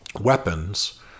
weapons